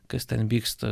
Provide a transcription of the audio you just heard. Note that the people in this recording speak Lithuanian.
kas ten vyksta